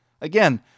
Again